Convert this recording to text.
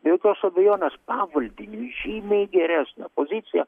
be jokios abejonės pavaldiniui žymiai geresnė pozicija